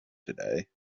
today